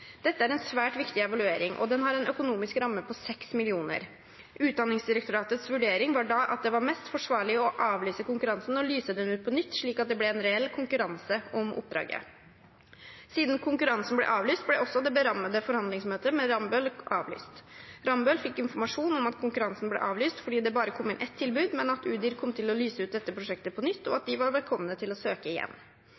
Dette er en svært viktig evaluering, og den har en økonomisk ramme på seks millioner. Utdanningsdirektoratets vurdering var da at det var mest forsvarlig å avlyse konkurransen og lyse den ut på nytt slik at det ble en reell konkurranse om oppdraget. Siden konkurransen ble avlyst, ble også det berammede forhandlingsmøte med Rambøll avlyst. Rambøll fikk informasjon om at konkurransen ble avlyst fordi det bare kom inn ett tilbud, men at Udir kom til å lyse ut dette prosjektet på nytt og at